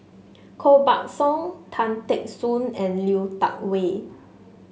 Koh Buck Song Tan Teck Soon and Lui Tuck Yew